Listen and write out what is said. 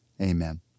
amen